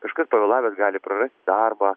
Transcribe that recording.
kažkas pavėlavęs gali prarasti darbą